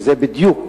וזו בדיוק